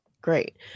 great